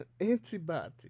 antibody